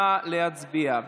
נא להצביע.